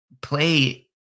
play